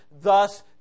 Thus